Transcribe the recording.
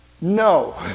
no